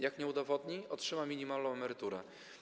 Jak nie udowodni, to otrzyma minimalną emeryturę.